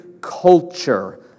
culture